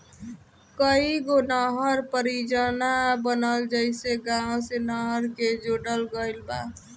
कईगो नहर परियोजना बनल जेइमे गाँव से नहर के जोड़ल गईल बा